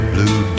Blue